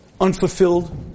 unfulfilled